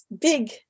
big